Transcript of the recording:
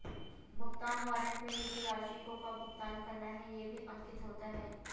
भुगतान वारन्ट में लिखी राशि को कब भुगतान करना है यह भी अंकित होता है